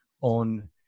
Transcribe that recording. on